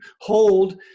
hold